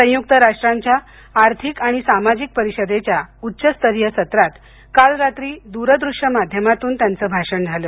संयुक्त राष्ट्रांच्या आर्थिक आणि सामाजिक परिषदेच्या उच्च स्तरीय सत्रात काल रात्री दूरदूश्य माध्यमातून काल त्याचं भाषण झाले